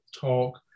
talk